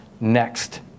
next